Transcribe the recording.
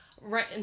right